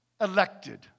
elected